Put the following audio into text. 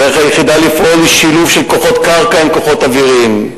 הדרך היחידה לפעול היא שילוב של כוחות קרקע עם כוחות אוויריים,